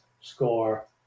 score